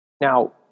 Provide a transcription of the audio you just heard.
Now